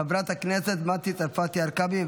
חברת הכנסת מטי צרפתי הרכבי,